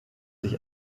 sich